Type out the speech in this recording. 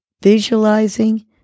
visualizing